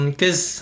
cause